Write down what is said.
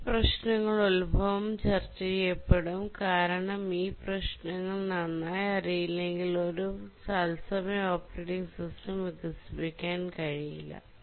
ഈ പ്രശ്നങ്ങളുടെ ഉത്ഭവം ചർച്ചചെയ്യപ്പെടും കാരണം ഈ പ്രശ്നങ്ങൾ നന്നായി അറിയില്ലെങ്കിൽ ഒരു തത്സമയ ഓപ്പറേറ്റിംഗ് സിസ്റ്റം വികസിപ്പിക്കാൻ കഴിയില്ല